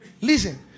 Listen